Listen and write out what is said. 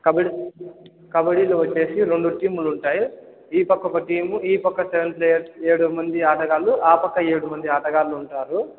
కబడ్డీ కబడ్డీలో వచ్చేసి రెండు టీములు ఉంటాయి ఈ పక్క ఒక టీమ్ ఈ పక్క సెవెన్ ప్లేయర్స్ ఏడు మంది ఆటగాళ్లు ఆ పక్క ఏడు మంది ఆటగాళ్లు ఉంటారు